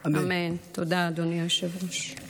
תודה, אדוני היושב-ראש.